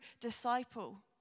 disciple